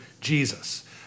Jesus